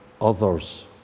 others